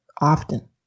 often